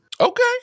Okay